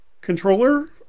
controller